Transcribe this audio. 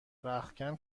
رختکن